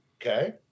okay